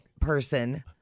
person